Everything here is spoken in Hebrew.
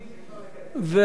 החוק,